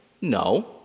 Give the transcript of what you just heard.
No